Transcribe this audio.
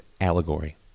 allegory